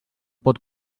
pot